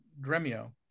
Dremio